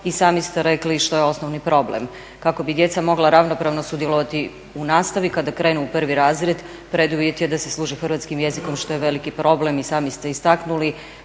I sami ste rekli što je osnovni problem, kako bi djeca mogla ravnopravno sudjelovati u nastavi kada krenu u prvi razred preduvjet je da se služe sa hrvatskim jezikom što je veliki problem. I sami ste istaknuli